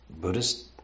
Buddhist